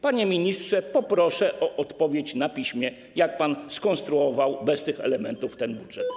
Panie ministrze, poproszę o odpowiedź na piśmie, jak pan skonstruował bez tych elementów ten budżet.